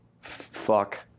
fuck